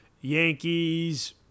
Yankees